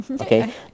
Okay